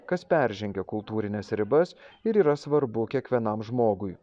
kas peržengia kultūrines ribas ir yra svarbu kiekvienam žmogui